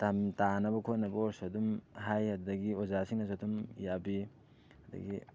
ꯇꯥꯅ ꯈꯣꯠꯅꯕ ꯑꯣꯏꯔꯁꯨ ꯑꯗꯨꯝ ꯍꯥꯏꯌꯦ ꯑꯗꯒꯤ ꯑꯣꯖꯥꯁꯤꯡꯅꯁꯨ ꯑꯗꯨꯝ ꯌꯥꯕꯤ ꯑꯗꯒꯤ